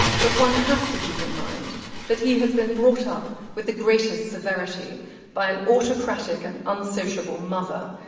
but one has to keep in mind that he has been brought up with the greatest severity by an autocratic and unsociable mother.